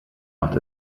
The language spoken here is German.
macht